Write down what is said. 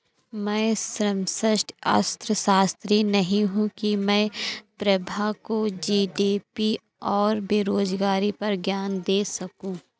मैं समष्टि अर्थशास्त्री नहीं हूं की मैं प्रभा को जी.डी.पी और बेरोजगारी पर ज्ञान दे सकूं